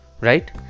right